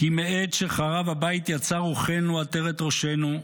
"כי מעת שחרב הבית יצאה רוחנו עטרת ראשנו,